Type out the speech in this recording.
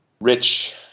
rich